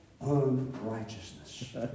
unrighteousness